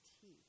teeth